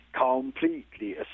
completely